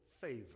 favor